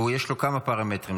יש לו כמה פרמטרים.